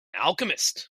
alchemist